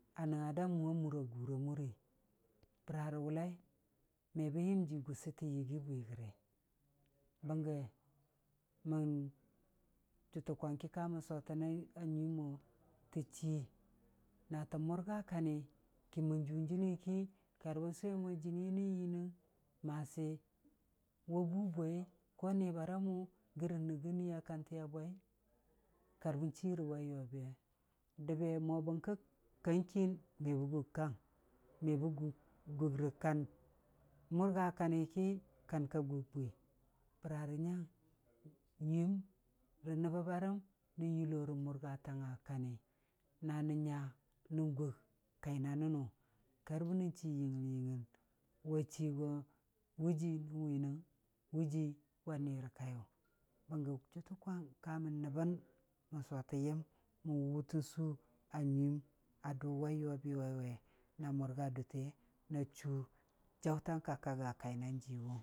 A nəngnga da mʊwa mura gura murii, bəra rə wʊllai, me bən yəmjii gʊsʊtə yɨgii bwi gəri, bəngge, mən jʊtʊ kwang ki kamən sotəna nyuiium mo tə chii natə mʊrga kani, kə mən juun jɨnii ki, kari bən sʊwe mo jɨniiyə nən yiinang, masi wa buu bwei, ko nibara mʊ gərə nɨgʊnniiya kantiya bwei, kar bən chii rə wai yobi we, dəbbe mo bərkə kang kiim me bə gug kan, me bə gug- gug rə kan, murga kani ki kan ka gug bwi, bəra rə nyang, nyuiim rə nəb bə barəm, nyullo rə mʊrgatang a kani na nən nya nən gug kaina nənnʊ, kar bənən chii yɨngngɨnl- yɨngngɨl, wa chii go wʊ jii nən wiinang, wu jii wa nirə kaiyʊ, bənggə jʊtʊkwiwang kamən nəbbən mən sotən yəm mən wʊtən suu q nyuiim a dʊ wai yobi wai we a mʊrga dur na chuu jaʊtang ka kag a kaina jiiyuwʊng.